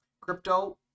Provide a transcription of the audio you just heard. crypto